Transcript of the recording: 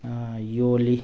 ꯌꯣꯜꯂꯤ